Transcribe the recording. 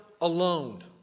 alone